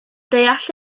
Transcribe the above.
deall